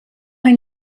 ein